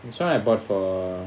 this one I bought for